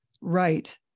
right